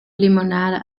limonade